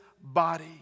body